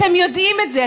אתם יודעים את זה,